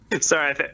Sorry